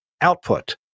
output